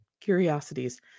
Curiosities